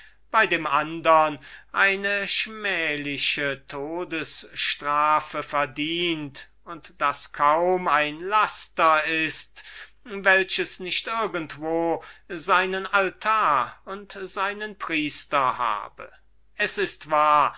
bei der andern eine schmähliche todesstrafe verdient und daß kaum ein laster ist welches nicht irgendwo seinen altar und seinen priester habe es ist wahr